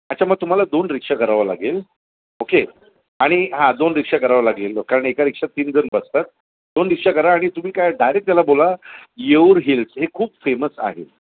अच्छा मग तुम्हाला दोन रिक्षा करावं लागेल ओके आणि हां दोन रिक्षा करावा लागेल कारण एका रिक्षात तीन जण बसतात दोन रिक्षा करा आणि तुम्ही काय डायरेक त्याला बोला येऊर हिल्स हे खूप फेमस आहे